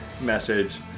message